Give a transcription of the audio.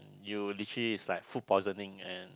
you literally is like food poisoning and